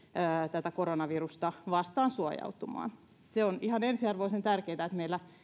tätä koronavirusta vastaan suojautumaan se on ihan ensiarvoisen tärkeätä että meillä